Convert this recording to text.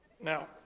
Now